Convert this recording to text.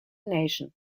nation